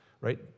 right